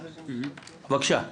בבקשה.